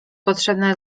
potrzebne